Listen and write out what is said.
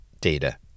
data